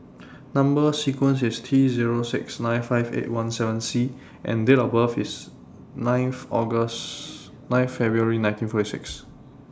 Number sequence IS T Zero six nine five eight one seven C and Date of birth IS ninth February nineteen forty six